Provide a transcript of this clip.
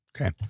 Okay